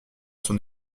son